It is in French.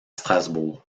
strasbourg